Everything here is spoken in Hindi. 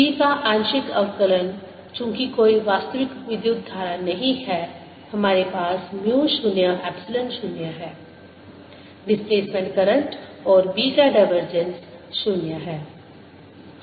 B का आंशिक अवकलन चूंकि कोई वास्तविक विद्युत् धारा नहीं है हमारे पास म्यू 0 एप्सिलॉन 0 है डिस्प्लेसमेंट करंट और B का डाइवर्जेंस 0 है